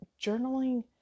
Journaling